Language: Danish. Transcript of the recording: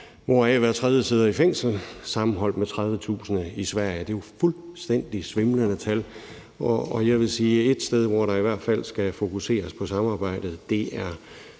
hvoraf hver tredje sidder i fængsel, sammenholdt med 30.000 i Sverige. Det er fuldstændig svimlende tal, og jeg vil sige, at et sted, hvor der i hvert fald skal fokuseres på samarbejdet, angår